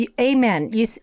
amen